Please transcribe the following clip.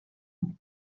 بدم